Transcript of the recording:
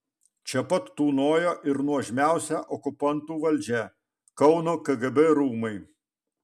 čia pat tūnojo ir nuožmiausia okupantų valdžia kauno kgb rūmai